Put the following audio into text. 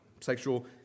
sexual